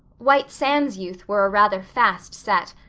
white sands youth were a rather fast set,